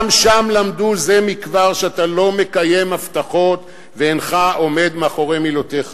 גם שם למדו זה מכבר שאתה לא מקיים הבטחות ושאינך עומד מאחורי מילותיך.